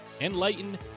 enlighten